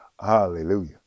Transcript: Hallelujah